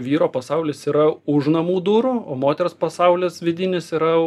vyro pasaulis yra už namų durų o moters pasaulis vidinis yra